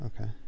Okay